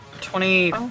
Twenty